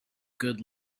good